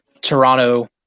Toronto